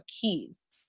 keys